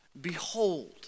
behold